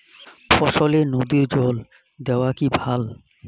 ফসলে নদীর জল দেওয়া কি ভাল?